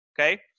Okay